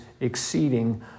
exceeding